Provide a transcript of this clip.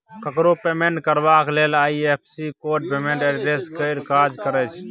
ककरो पेमेंट करबाक लेल आइ.एफ.एस.सी कोड पेमेंट एड्रेस केर काज करय छै